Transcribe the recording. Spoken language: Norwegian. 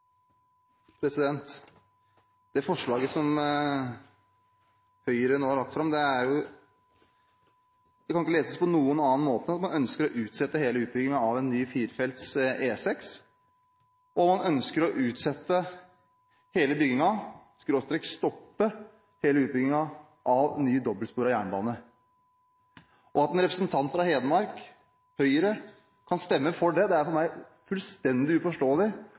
Det forslaget som Høyre nå har lagt fram, kan ikke leses på noen annen måte enn at man ønsker å utsette hele utbyggingen av en ny, firefelts E6, og at man ønsker å utsette eller stoppe hele utbyggingen av en ny, dobbeltsporet jernbane. At en representant fra Hedmark Høyre kan stemme for det, er for meg fullstendig uforståelig,